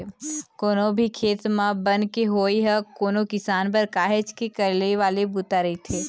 कोनो भी खेत म बन के होवई ह कोनो किसान बर काहेच के करलई वाले बूता रहिथे